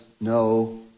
no